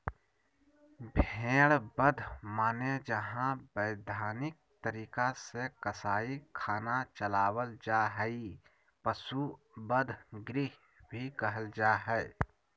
भेड़ बध माने जहां वैधानिक तरीका से कसाई खाना चलावल जा हई, पशु वध गृह भी कहल जा हई